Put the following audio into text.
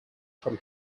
from